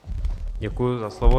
Děkuji za slovo.